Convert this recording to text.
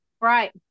Right